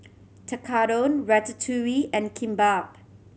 Tekkadon Ratatouille and Kimbap